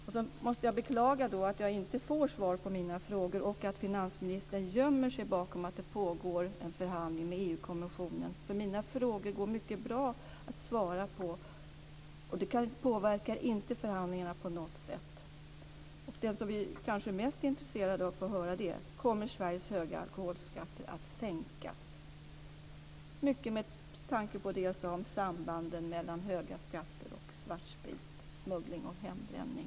Sedan måste jag beklaga att jag inte får svar på mina frågor och att finansministern gömmer sig bakom att det pågår en förhandling med EU kommissionen. Mina frågor går mycket bra att svara på och det påverkar inte förhandlingarna på något sätt. Det som vi kanske är mest intresserade av att få höra är om Sveriges höga alkoholskatter kommer att sänkas, mycket med tanke på det jag sade om sambanden mellan höga skatter, svartsprit, smuggling och hembränning.